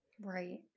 right